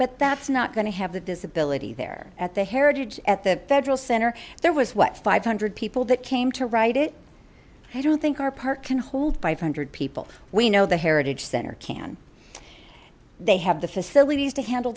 but that's not going to have the disability there at the heritage at the federal center there was what five hundred people that came to write it i don't think our park can hold by five hundred people we know the heritage center can they have the facilities to handle